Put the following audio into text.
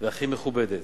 והכי מכובדת.